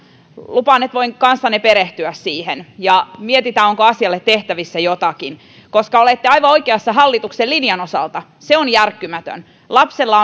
lupaan että voin kanssanne perehtyä siihen ja mietitään onko asialle tehtävissä jotakin koska olette aivan oikeassa hallituksen linjan osalta se on järkkymätön lapsella